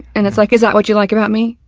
and it's like, is that what you like about me?